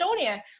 estonia